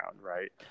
right